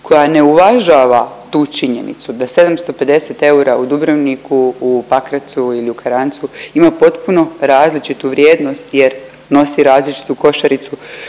koja ne uvažava tu činjenicu da 750 eura u Dubrovniku, u Pakrac ili u Karancu ima potpuno različitu vrijednost jer nosi različitu košaricu